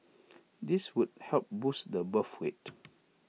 this would help boost the birth rate